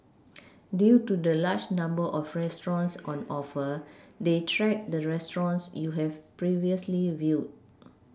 due to the large number of restaurants on offer they track the restaurants you have previously viewed